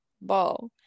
ball